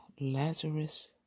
Lazarus